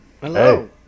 Hello